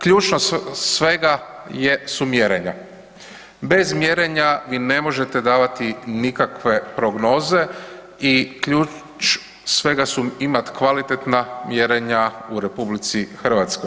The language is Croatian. Ključ svega jesu mjerenja, bez mjerenja vi ne možete davati nikakve prognoze i ključ svega su imat kvalitetna mjerenja u RH.